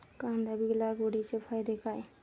कांदा बी लागवडीचे फायदे काय?